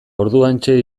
orduantxe